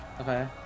Okay